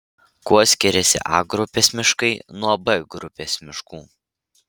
kuo skiriasi a grupės miškai nuo b grupės miškų